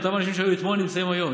אותם אנשים שהיו אתמול נמצאים היום,